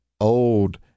old